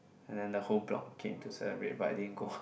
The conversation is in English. and then the whole block came to celebrate but then I didn't go